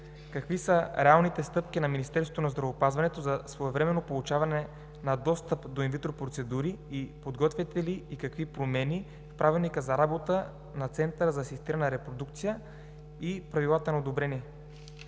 какви са реалните стъпки на Министерството на здравеопазването за своевременно получаване на достъп до инвитро процедури? Подготвяте ли и какви промени в Правилника за работа на Центъра за асистирана репродукция и в Правилата на одобрение?